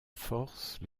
force